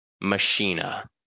Machina